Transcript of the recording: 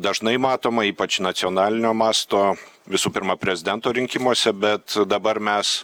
dažnai matoma ypač nacionalinio masto visų pirma prezidento rinkimuose bet dabar mes